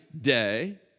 day